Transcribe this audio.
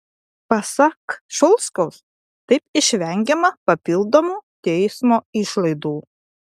pasak šulskaus taip išvengiama papildomų teismo išlaidų